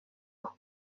aho